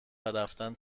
ورفتن